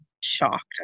shocked